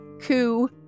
coup